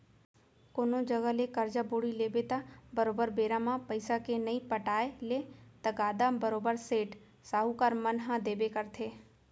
कोनो जघा ले करजा बोड़ी लेबे त बरोबर बेरा म पइसा के नइ पटाय ले तगादा बरोबर सेठ, साहूकार मन ह देबे करथे